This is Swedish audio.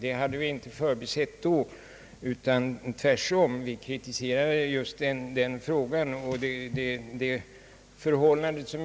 Vi hade alltså inte förbisett detta förhållande då, utan vi kritiserade tvärtom just den frågan.